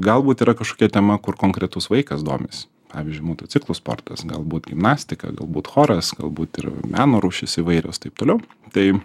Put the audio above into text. galbūt yra kažkokia tema kur konkretus vaikas domisi pavyzdžiui motociklų sportas galbūt gimnastika galbūt choras galbūt ir meno rūšys įvairios taip toliau tai